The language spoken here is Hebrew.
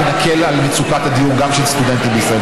ונקל גם על מצוקת הדיור של סטודנטים בישראל.